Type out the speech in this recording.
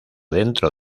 dentro